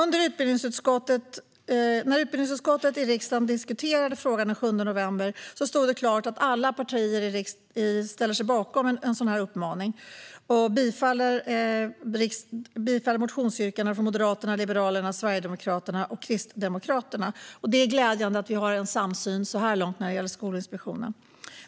När utbildningsutskottet i riksdagen diskuterade frågan den 7 november stod det klart att alla partier i riksdagen ställer sig bakom en sådan uppmaning och bifaller motionsyrkanden från Moderaterna, Liberalerna, Sverigedemokraterna och Kristdemokraterna. Det är glädjande att vi har en samsyn så här långt när det gäller Skolinspektionen.